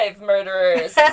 murderers